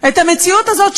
את המציאות הזאת,